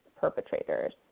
perpetrators